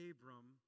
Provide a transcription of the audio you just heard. Abram